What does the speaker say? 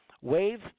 Wave